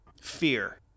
fear